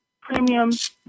premiums